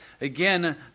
Again